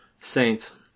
Saints